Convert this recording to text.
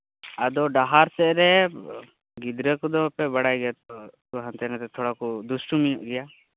ᱟᱫᱚ ᱰᱟᱦᱟᱨ ᱥᱮᱫᱨᱮ ᱜᱤᱫᱽᱨᱟᱹ ᱠᱚᱫᱚᱯᱮ ᱵᱟᱲᱟᱭ ᱜᱮᱭᱟᱛᱚ ᱦᱟᱱᱛᱮ ᱱᱟᱛᱮ ᱛᱷᱚᱲᱟᱠᱩ ᱫᱩᱥᱴᱩᱢᱤ ᱧᱚᱜ ᱜᱮᱭᱟ